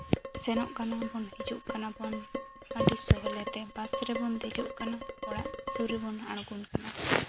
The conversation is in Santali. ᱥᱮᱱᱚᱜ ᱠᱟᱱᱟᱵᱚᱱ ᱦᱤᱡᱩᱜ ᱠᱟᱱᱟᱵᱚᱱ ᱟᱹᱰᱤ ᱥᱚᱦᱞᱮᱛᱮ ᱵᱟᱥ ᱨᱮᱵᱚᱱ ᱫᱮᱡᱚᱜ ᱠᱟᱱᱟ ᱚᱲᱟᱜ ᱥᱩᱨ ᱨᱮᱵᱚᱱ ᱟᱬᱜᱳᱱ ᱠᱟᱱᱟ